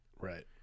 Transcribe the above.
Right